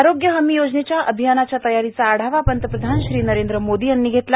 आरोग्य हमी योजनेच्या अभियानाच्या तयारीचा आढावा पंतप्रधान श्री नरेंद्र मोदी यांनी घेतला